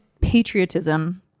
patriotism